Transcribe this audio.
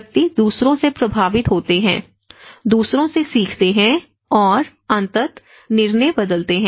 व्यक्ति दूसरों से प्रभावित होते हैं दूसरों से सीखते हैं और अंततः निर्णय बदलते हैं